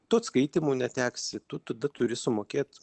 tu atskaitymų neteksi tu tada turi sumokėt